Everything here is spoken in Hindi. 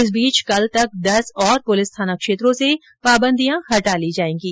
इस बीच कल तक दस और पुलिस थाना क्षेत्रों से पाबंदियां हटा ली जाएंगी